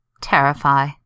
Terrify